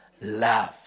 love